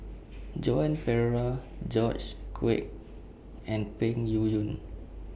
Joan Pereira George Quek and Peng Yuyun